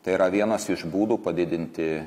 tai yra vienas iš būdų padidinti